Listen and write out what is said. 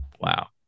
Wow